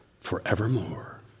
forevermore